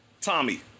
Tommy